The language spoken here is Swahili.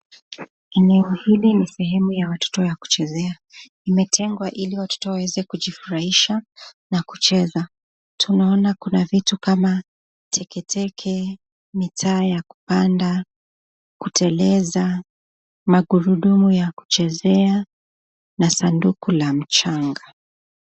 Eneo hili ni sehemu ya watoto ya kuchezea. Imetengwa ili watoto waweze kujifurahisha na kucheza. Tunaona kuna vitu kama teketeke ,mitaa ya kupanda ,kuteleza, magurudumu ya kuchezea na sanduku la mchanga.